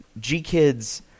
G-Kids